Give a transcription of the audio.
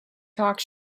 talk